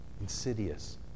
insidious